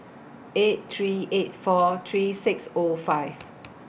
eight three eight four three six O five